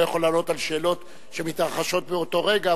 לא יכול לענות על שאלות שמתרחשות באותו רגע,